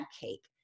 cake